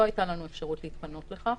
לא הייתה לנו אפשרות להתפנות לכך.